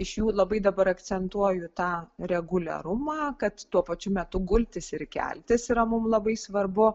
iš jų labai dabar akcentuoju tą reguliarumą kad tuo pačiu metu gultis ir keltis yra mum labai svarbu